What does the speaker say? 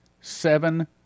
seven